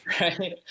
right